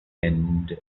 end